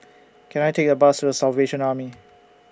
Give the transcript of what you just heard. Can I Take A Bus The Salvation Army